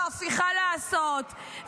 יש לו הפיכה לעשות,